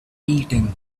eating